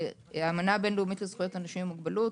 האמנה הבין לאומית לזכויות אנשים עם מוגבלות,